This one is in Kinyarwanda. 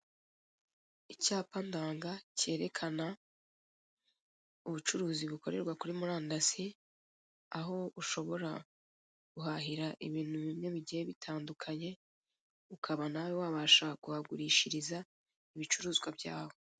Icyapa ndanga kerekana ubucuruzi bukorerwa kuri murandasi aho ushobora guhahira guhahira ibintu bimwe bigiye bitandukanye ukaba nawe wabasha kuhagurishiriza ibicuruzwa byawe.